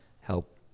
help